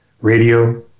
radio